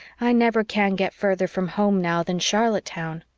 i never can get further from home now than charlottetown.